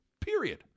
Period